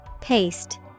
Paste